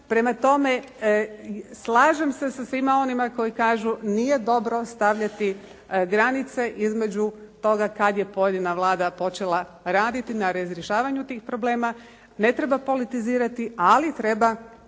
Prema tome, slažem se sa svima onima koji kažu nije dobro stavljati granice između toga kad je pojedina Vlada počela raditi na razrješavanju tih problema. Ne treba politizirati, ali treba